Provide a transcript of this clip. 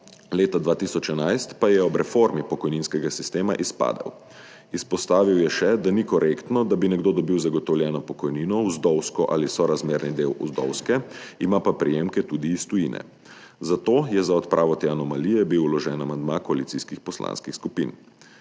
leta 2011 pa je ob reformi pokojninskega sistema izpadel. Izpostavil je še, da ni korektno, da bi nekdo dobil zagotovljeno pokojnino, vdovsko ali sorazmerni del vdovske, ima pa prejemke tudi iz tujine, zato je bil za odpravo te anomalije vložen amandma koalicijskih poslanskih skupin.